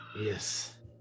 Yes